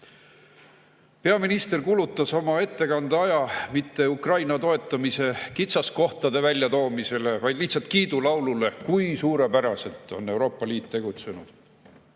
aitamisest. Peaminister kulutas oma ettekande aja mitte Ukraina toetamise kitsaskohtade väljatoomisele, vaid lihtsalt kiidulaulule, kui suurepäraselt on Euroopa Liit tegutsenud.